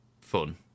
fun